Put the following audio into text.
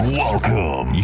welcome